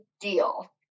deal